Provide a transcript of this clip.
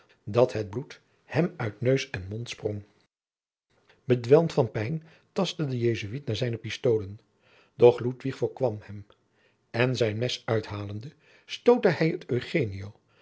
dat het bloed hem uit neus en mond sprong bedwelmd van pijn tastte de jesuit naar zijne pistolen doch ludwig voorkwam hem en zijn mes uithalende stootte hij het